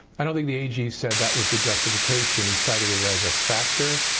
i don't think the a g. said that was the justification. he cited it as a factor.